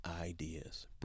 ideas